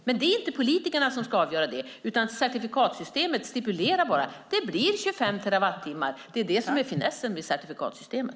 Det avgör inte politikerna, utan certifikatssystemet stipulerar att det blir 25 terawattimmar. Det är finessen med certifikatsystemet.